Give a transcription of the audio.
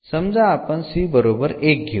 समाज आपण घेऊ